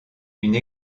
une